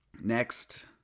Next